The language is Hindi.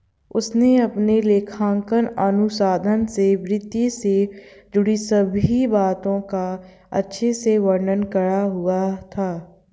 उसने अपने लेखांकन अनुसंधान में वित्त से जुड़ी सभी बातों का अच्छे से वर्णन करा हुआ था